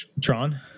Tron